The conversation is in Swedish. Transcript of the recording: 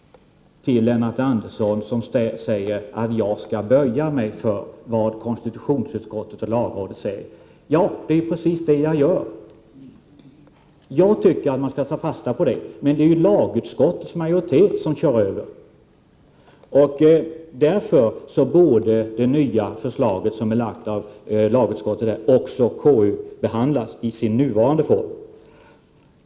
Lennart Andersson menar att jag skall böja mig för vad konstitutionsutskottet och lagrådet säger. Ja, det är precis så jag gör. Jag tycker att man skall ta fasta på det. Men det är ju lagutskottet som kör över oss, och därför borde också det nya förslag som är framlagt av lagutskottet KU-behandlas i sin nuvarande form.